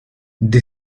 the